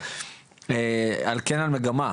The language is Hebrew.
אבל על כן המגמה,